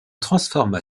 transforma